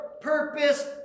purpose